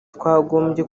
twagombye